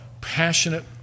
passionate